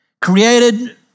created